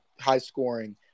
high-scoring